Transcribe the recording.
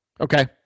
Okay